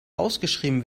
ausgeschrieben